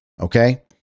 Okay